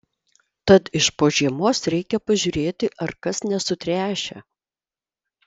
tad iš po žiemos reikia pažiūrėti ar kas nesutręšę